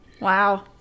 Wow